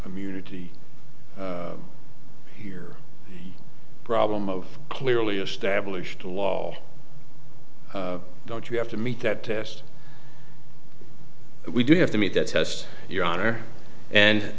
immunity here problem of clearly established law don't you have to meet that test we do have to meet that test your honor and